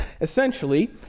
Essentially